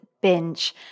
binge